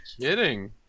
kidding